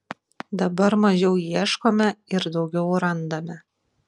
dabar mažiau ieškome ir daugiau randame